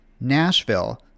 Nashville